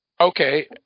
okay